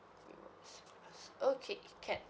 rewards okay can